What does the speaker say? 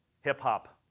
hip-hop